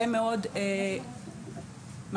מה